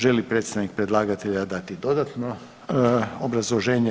Želi li predstavnik predlagatelja dati dodatno obrazloženje?